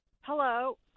Hello